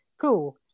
Cool